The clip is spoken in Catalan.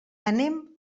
anem